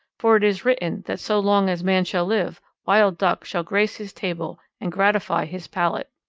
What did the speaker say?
for it is written that so long as man shall live, wild duck shall grace his table and gratify his palate.